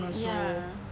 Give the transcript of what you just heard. ya